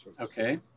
Okay